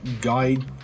guide